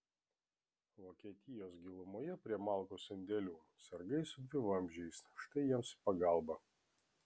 vokietijos gilumoje prie malkų sandėlių sargai su dvivamzdžiais štai jiems į pagalbą